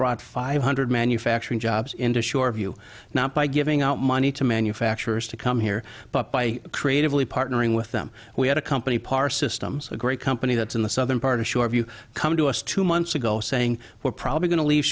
brought five hundred manufacturing jobs into shore view not by giving out money to manufacturers to come here but by creatively partnering with them we had a company par systems a great company that's in the southern part of sure if you come to us two months ago saying we're probably going to leave